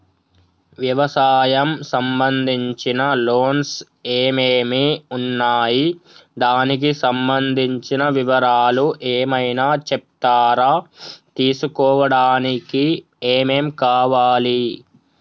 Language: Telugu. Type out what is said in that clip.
వ్యవసాయం సంబంధించిన లోన్స్ ఏమేమి ఉన్నాయి దానికి సంబంధించిన వివరాలు ఏమైనా చెప్తారా తీసుకోవడానికి ఏమేం కావాలి?